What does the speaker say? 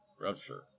rupture